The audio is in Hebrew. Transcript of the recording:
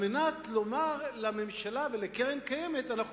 כדי לומר לממשלה ולקרן קיימת: אנחנו